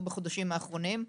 בחודשים האחרונים.